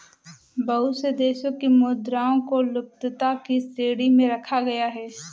बहुत से देशों की मुद्राओं को लुप्तता की श्रेणी में रखा गया है